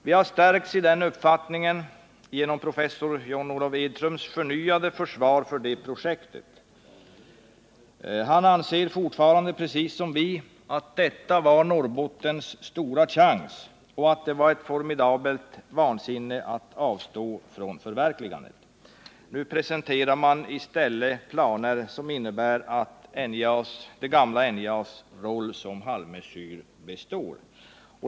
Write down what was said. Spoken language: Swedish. Vi har stärkts i den uppfattningen genom professor John Olof Edströms förnyade försvar för det projektet. Han anser fortfarande, precis som vi, att detta var Norrbottens stora chans och att det var ett formidabelt vansinne att avstå från förverkligandet. Nu presenterar man i stället planer som innebär att det gamla NJA:s roll som halvmesyr består.